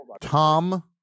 tom